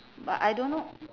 but I don't know